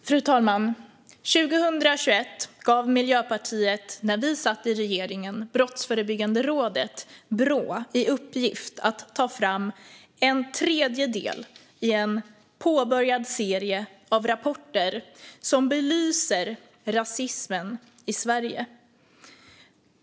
Fru talman! År 2021 gav vi i Miljöpartiet när vi satt i regeringen Brottsförebyggande rådet, Brå, i uppgift att ta fram en tredje del i en påbörjad serie av rapporter som belyser rasismen i Sverige.